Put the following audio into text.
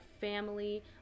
family